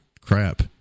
crap